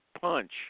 Punch